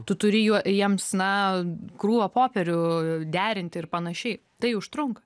tu turi jų jiems na krūvą popierių derinti ir panašiai tai užtrunka